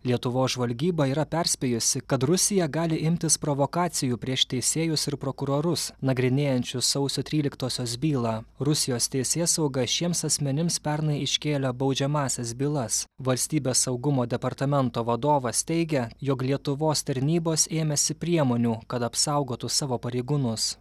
lietuvos žvalgyba yra perspėjusi kad rusija gali imtis provokacijų prieš teisėjus ir prokurorus nagrinėjančius sausio tryliktosios bylą rusijos teisėsauga šiems asmenims pernai iškėlė baudžiamąsias bylas valstybės saugumo departamento vadovas teigia jog lietuvos tarnybos ėmėsi priemonių kad apsaugotų savo pareigūnus